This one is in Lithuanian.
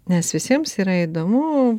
nes visiems yra įdomu